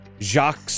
Jacques